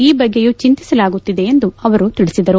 ಈ ಬಗ್ಗೆಯೂ ಚಿಂತಿಸಲಾಗುತ್ತಿದೆ ಎಂದು ಅವರು ತಿಳಿಸಿದರು